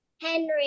Henry